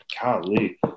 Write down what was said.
golly